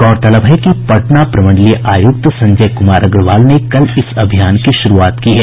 गौरतलब है कि पटना प्रमंडलीय आयुक्त संजय कुमार अग्रवाल ने कल इस अभियान की शुरूआत की है